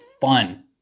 fun